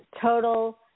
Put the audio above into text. total